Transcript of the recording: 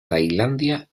tailandia